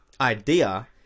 idea